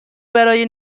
برای